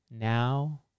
Now